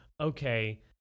okay